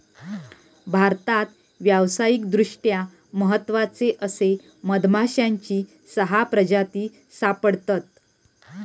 भारतात व्यावसायिकदृष्ट्या महत्त्वाचे असे मधमाश्यांची सहा प्रजाती सापडतत